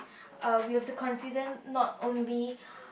uh we have to consider not only